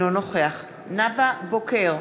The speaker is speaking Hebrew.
אינו נוכח נאוה בוקר,